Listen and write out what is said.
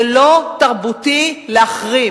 זה לא תרבותי להחרים.